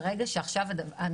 של